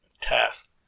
task